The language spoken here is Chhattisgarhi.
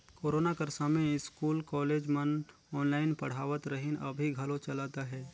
कोरोना कर समें इस्कूल, कॉलेज मन ऑनलाईन पढ़ावत रहिन, अभीं घलो चलत अहे